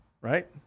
Right